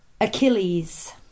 Achilles